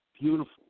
beautiful